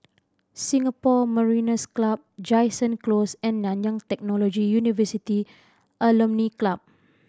Singapore Mariners' Club Jansen Close and Nanyang Technological University Alumni Club